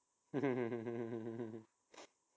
mm